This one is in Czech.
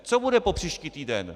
Co bude popříští týden?